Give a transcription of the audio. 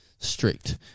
strict